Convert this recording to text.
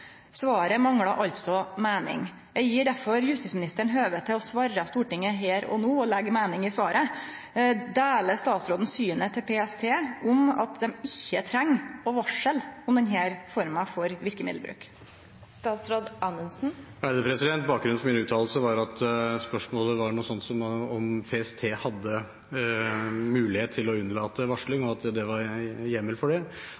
Svaret manglar meining. Eg gjev derfor justisministeren høve til å svare Stortinget her og no, og leggje meining i svaret: Deler statsråden synet til PST om at dei ikkje treng å varsle om denne forma for verkemiddelbruk? Bakgrunnen for min uttalelse var at spørsmålet var noe sånt som om PST hadde mulighet til å unnlate varsling, og at det var hjemmel for det,